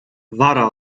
wara